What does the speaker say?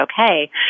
okay